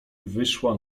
wyszła